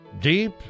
deep